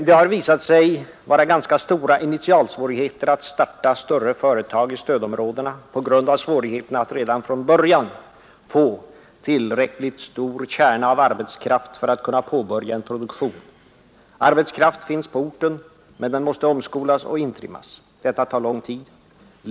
Det har visat sig vara ganska stora initialsvårigheter att starta större företag i stödområdena på grund av svårigheten att redan från början få tillräckligt stor kärna av arbetskraft för att kunna påbörja en produktion. Arbetskraft finns på orten, men den måste omskolas och intrimmas. Detta tar lång tid.